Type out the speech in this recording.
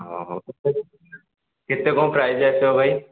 ହଁ ହଉ କେତେ କ'ଣ ପ୍ରାଇସ୍ ଆସିବ ଭାଇ